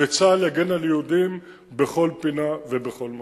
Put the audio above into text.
וצה"ל יגן על יהודים בכל פינה ובכל מקום.